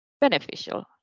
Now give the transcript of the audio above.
beneficial